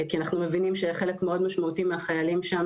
כי אנחנו מבינים שחלק מאוד משמעותי מהחיילים שם